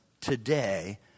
today